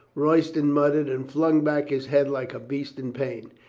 royston muttered and flung back his head like a beast in pain.